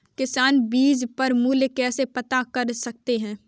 किसान बीज का मूल्य कैसे पता कर सकते हैं?